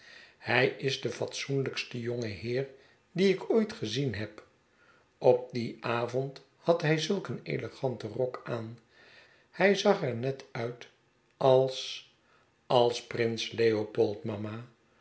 hij is de fatsoenlijkste jonge heer dien ik ooit gezien heb op dien avond had hij zulk een eleganten rok aan hij zag er net uit als als als prins leopold mama